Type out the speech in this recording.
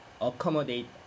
Accommodate